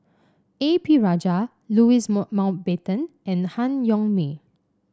A P Rajah Louis Mountbatten and Han Yong May